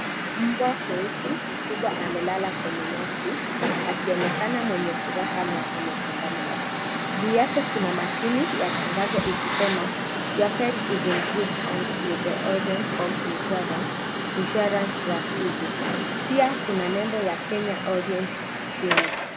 Mbwa mweusi mkubwa amelala kwenye nyasi, akionekana mwenye furaha na amechangamka. Juu yake kuna matini ya tangazo ikisema: 'Your pet is in good hands with the Orange Home Insurance. Insurance rahisi. Pia kuna nembo ya Kenya Orient chini.